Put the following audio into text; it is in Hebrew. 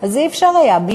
אז לא היה אפשר.